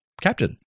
captain